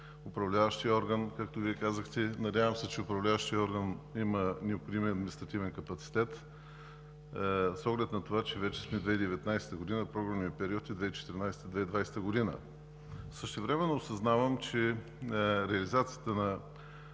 Управляващият орган, както Вие казахте, надявам се, че Управляващият орган има необходимия административен капацитет, с оглед на това, че вече сме 2019 г., а програмният период е 2014 – 2020 г. Същевременно осъзнавам, че реализацията на